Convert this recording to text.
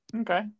Okay